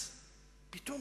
הנציב